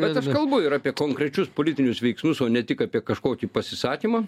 bet aš kalbu ir apie konkrečius politinius veiksmus o ne tik apie kažkokį pasisakymą